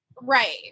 right